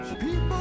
People